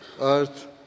earth